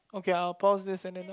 okay I'll pause this and then I'll